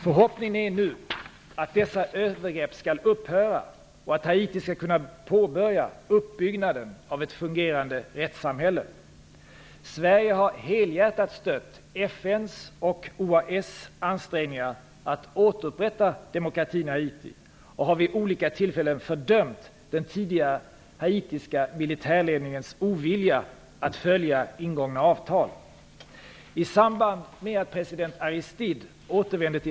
Förhoppningen är nu att dessa övergrepp skall upphöra och att Haiti skall kunna påbörja uppbyggnaden av ett fungerande rättssamhälle. Sverige har helhjärtat stött FN:s och OAS ansträngningar att återupprätta demokratin i Haiti och har vid olika tillfällen fördömt den tidigare haitiska militärledningens ovilja att följa ingångna avtal.